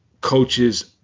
coaches